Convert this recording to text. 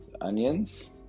onions